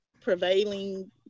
prevailing